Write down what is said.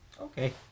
Okay